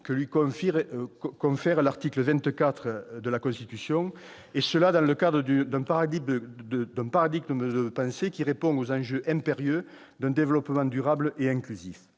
que lui confère l'article 24 de la Constitution, cela dans le cadre d'un paradigme qui répond aux enjeux impérieux d'un développement durable et inclusif.